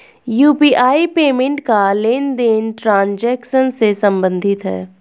UPI payment का लेनदेन transaction से सम्बंधित है